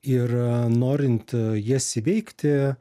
ir norint jas įveikti